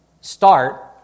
start